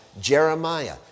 Jeremiah